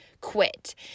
quit